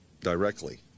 directly